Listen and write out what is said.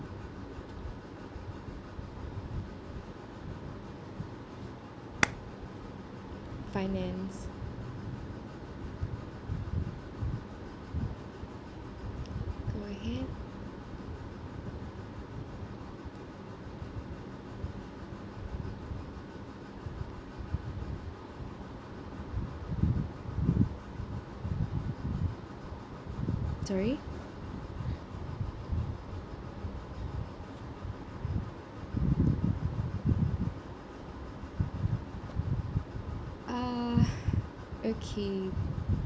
finance go ahead sorry uh okay